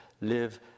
live